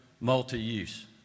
multi-use